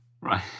Right